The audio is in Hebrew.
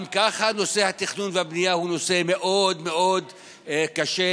גם ככה נושא התכנון והבנייה הוא נושא מאוד מאוד קשה,